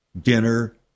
dinner